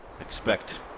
expect